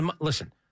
Listen